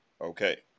okay